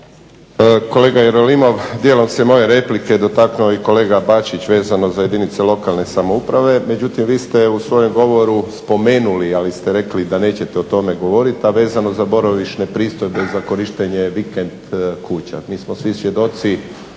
Kolega Jerolimov, djelom se moje replike dotakao i kolega Bačić vezano za jedinice lokalne samouprave, međutim vi ste u svojem govoru spomenuli, ali ste rekli da nećete o tome govoriti, a vezano za boravišne pristojbe za korištenje vikend kuća. Mi smo svi svjedoci,